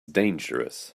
dangerous